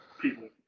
people